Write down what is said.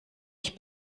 ich